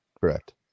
Correct